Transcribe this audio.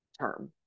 term